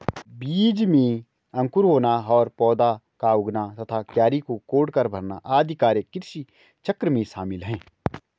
बीज में अंकुर होना और पौधा का उगना तथा क्यारी को कोड़कर भरना आदि कार्य कृषिचक्र में शामिल है